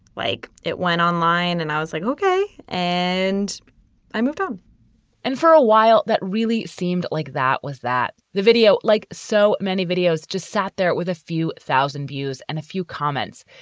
like it went online and i was like, okay. and i moved on and for a while that really seemed like that was that the video, like so many videos, just sat there with a few thousand views and a few comments.